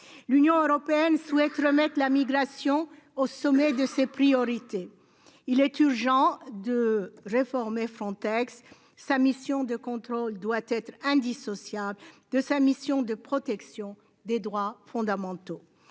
L'Union européenne souhaite remettre la migration au sommet de ses priorités. Il est urgent de réformer Frontex sa mission de contrôle doit être indissociable de sa mission de protection des droits fondamentaux.